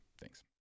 Thanks